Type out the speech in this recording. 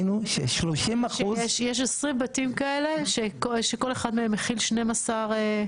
יש 20 בתים כאלה שכל אחד מהם מכיל 12?